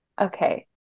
Okay